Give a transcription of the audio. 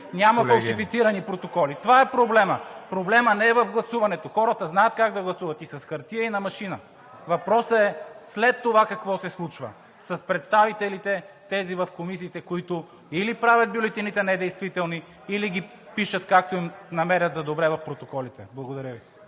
няма фалшифицирани протоколи! Това е проблемът! Проблемът не е в гласуването – хората знаят как да гласуват и с хартия, и на машина. Въпросът е след това какво се случва с представителите – тези в комисиите, които или правят бюлетините недействителни, или ги пишат, както намерят за добре в протоколите. Благодаря Ви.